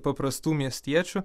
paprastų miestiečių